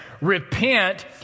repent